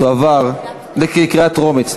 בקריאה טרומית,